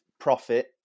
profit